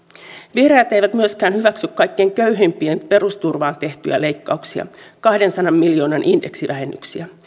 vihreät eivät myöskään hyväksy kaikkein köyhimpien perusturvaan tehtyjä leikkauksia kahdensadan miljoonan indeksivähennyksiä